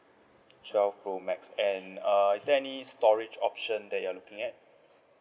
twelve pro max and err is there any storage option that you're looking at